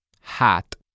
Hat